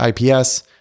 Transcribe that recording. IPS